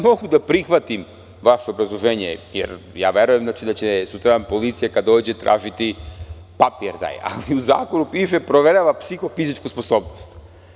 Mogu da prihvatim vaše obrazloženje, jer verujem da će sutradan policija kada dođe tražiti taj papir, ali u zakonu piše – proverava psihofizičku sposobnost.